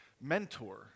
mentor